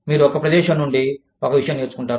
మీరు ఒక ప్రదేశం నుండి ఒక విషయం నేర్చుకుంటారు